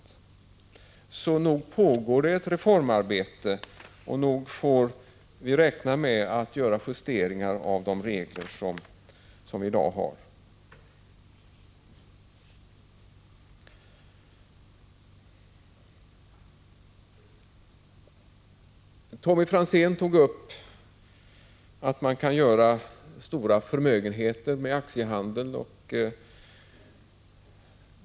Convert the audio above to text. Detta visar att det pågår ett reformarbete och att vi får räkna med att göra justeringar av de regler som i dag gäller. Tommy Franzén sade att man kan göra stora förmögenheter på aktiehandeln.